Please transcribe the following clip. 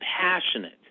passionate